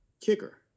kicker